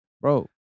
Bro